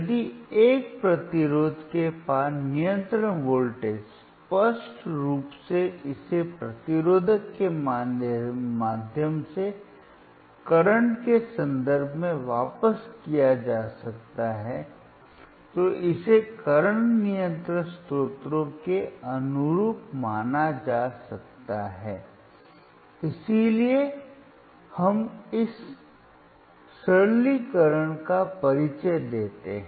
यदि एक प्रतिरोध के पार नियंत्रण वोल्टेज स्पष्ट रूप से इसे प्रतिरोध के माध्यम से करंट के संदर्भ में वापस किया जा सकता है तो इसे करंट नियंत्रण स्रोतों के अनुरूप माना जा सकता है इसलिए हम इस सरलीकरण का परिचय देते हैं